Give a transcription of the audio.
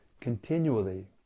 continually